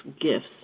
gifts